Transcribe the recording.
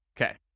Okay